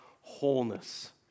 wholeness